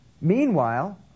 Meanwhile